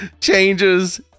changes